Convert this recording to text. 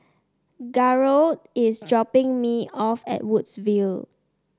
Garold is dropping me off at Woodsville